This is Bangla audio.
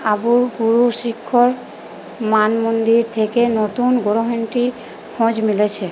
আবু গুরু শিখর মান মন্দির থেকে নতুন গ্রহণটির খোঁজ মিলেছে